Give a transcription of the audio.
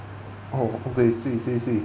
oh okay swee swee swee